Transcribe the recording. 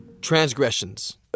Transgressions